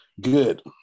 Good